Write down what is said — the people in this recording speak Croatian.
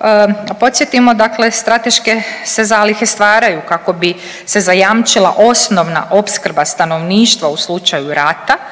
A podsjetimo, dakle strateške se zalihe stvaraju kako bi se zajamčila osnovna opskrba stanovništva u slučaju rata